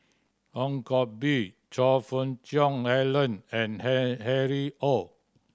Ong Koh Bee Choe Fook Cheong Alan and Harry Ord